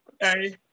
Hey